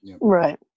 right